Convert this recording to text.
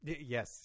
Yes